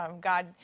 God